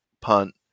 punt